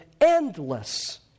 endless